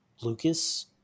Lucas